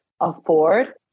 afford